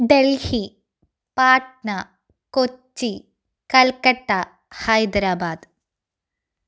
Delhi Patna Kochi Calcutta Hyderabad